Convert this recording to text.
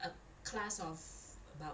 a class of about